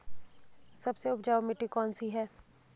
सबसे उपजाऊ मिट्टी कौन सी है?